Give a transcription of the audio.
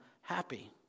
happy